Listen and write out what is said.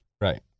Right